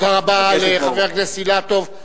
תודה רבה לחבר הכנסת אילטוב.